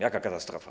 Jaka katastrofa?